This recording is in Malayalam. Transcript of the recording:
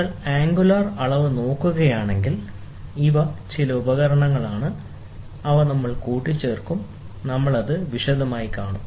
നിങ്ങൾ ആംഗുലാർ അളവ് നോക്കുകയാണെങ്കിൽ ഇവ ചില ഉപകരണങ്ങളാണ് അവ നമ്മൾ കൂട്ടിച്ചേർക്കും നമ്മൾ അത് വിശദമായി കാണും